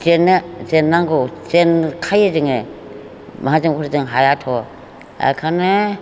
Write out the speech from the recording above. जेनो जेन्नांगौ जेनखायो जोंङो माहाजोनफोरजों हायाथ' बेखायनो